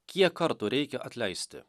kiek kartų reikia atleisti